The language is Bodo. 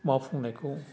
मावफुंनायखौ